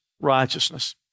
righteousness